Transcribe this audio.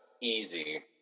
easy